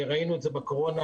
וראינו את זה בקורונה,